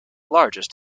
largest